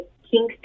Kingston